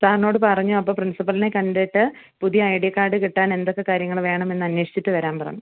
സാറിനോട് പറഞ്ഞു അപ്പോൾ പ്രിൻസിപ്പളിനെ കണ്ടിട്ട് പുതിയ ഐ ഡി കാർഡ് കിട്ടാൻ എന്തൊക്കെ കാര്യങ്ങൾ വേണമെന്ന് അന്വേഷിച്ചിട്ട് വരാൻ പറഞ്ഞു